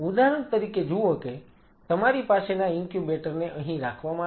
ઉદાહરણ તરીકે જુઓ કે તમારી પાસેના ઇન્ક્યુબેટર ને અહીં રાખવામાં આવ્યું છે